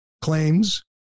claims